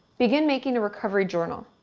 begin making a recovery journal.